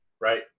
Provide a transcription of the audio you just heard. Right